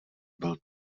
byl